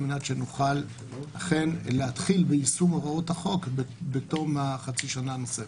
על מנת שנוכל להתחיל ביישום הוראות החוק בתום חצי השנה הנוספת.